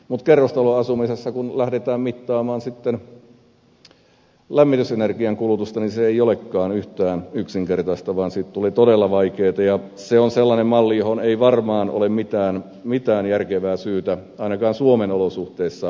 mutta kerrostaloasumisessa kun lähdetään mittaamaan sitten lämmitysenergian kulutusta niin se ei olekaan yhtään yksinkertaista vaan siitä tulee todella vaikeata ja se on sellainen malli johon ei varmaan ole mitään järkevää syytä ainakaan suomen olosuhteissa mennä